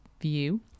view